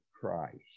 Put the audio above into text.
Christ